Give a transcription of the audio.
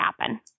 happen